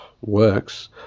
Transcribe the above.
works